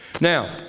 Now